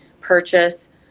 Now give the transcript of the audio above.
purchase